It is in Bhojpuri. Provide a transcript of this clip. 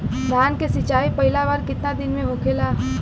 धान के सिचाई पहिला बार कितना दिन पे होखेला?